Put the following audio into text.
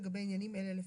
לגבי עניינים אלה לפחות: